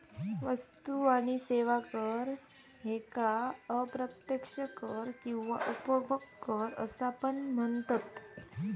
वस्तू आणि सेवा कर ह्येका अप्रत्यक्ष कर किंवा उपभोग कर असा पण म्हनतत